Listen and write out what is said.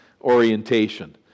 orientation